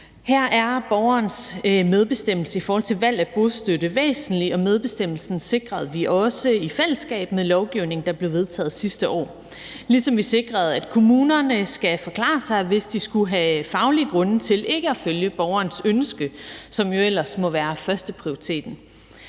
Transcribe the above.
Her er borgerens medbestemmelse i forhold til valg af bostøtte væsentlig, og medbestemmelsen sikrede vi også i fællesskab med lovgivning, der blev vedtaget sidste år, ligesom vi sikrede, at kommunerne skal forklare sig, hvis de skulle have faglige grunde til ikke at følge borgerens ønske, som jo ellers må være førsteprioriteten.